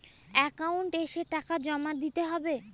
Account এসে টাকা জমা দিতে হবে?